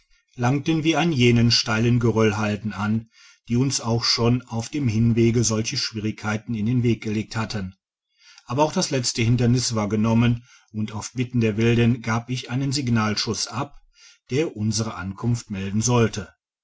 langten wir an jenen steilen geröllhalden an die uns auch schon auf dem hinwege solche schwierigkeiten in den weg gelegt hatten aber auch das letzte hindernis war genommen und auf bitten der wilden gab ich einen signalschuss ab der unsere ankunft melden sollte